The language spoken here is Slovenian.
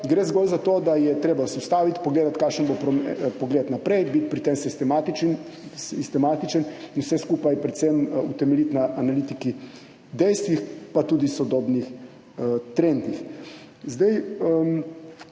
gre zgolj za to, da se je treba ustaviti, pogledati, kakšen bo pogled naprej, biti pri tem sistematičen in vse skupaj utemeljiti predvsem na analitiki, dejstvih, pa tudi sodobnih trendih.